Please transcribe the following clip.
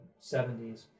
70s